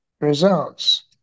results